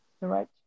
right